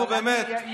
נו, באמת.